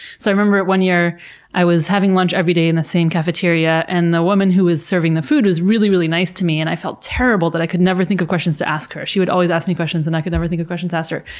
so i remember one year i was having lunch every day in the same cafeteria and the woman who was serving the food was really, really nice to me and i felt terrible that i could never think of questions to ask her. she would always ask me questions and i could never think of questions to ask her.